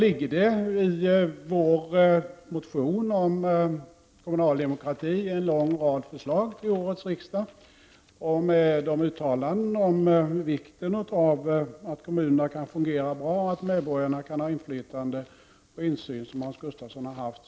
I vår motion om kommunal demokrati till årets riksdag finns en lång rad förslag. Bl.a. handlar det om vikten av att kommunerna kan fungera bra samt om att medborgarna skall ha inflytande och insyn, vilket också Hans Gustafsson har påpekat.